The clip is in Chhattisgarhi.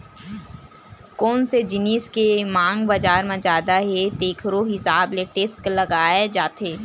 कोन से जिनिस के मांग बजार म जादा हे तेखरो हिसाब ले टेक्स लगाए जाथे